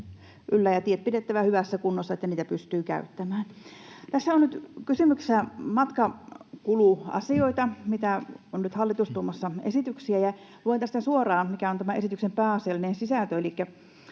yllä ja tiet pidettävä hyvässä kunnossa, että niitä pystyy käyttämään. Tässä on nyt kysymyksessä matkakuluasioita, mistä hallitus on tuomassa esityksiä. Luen tästä suoraan, mikä on tämän esityksen pääasiallinen sisältö,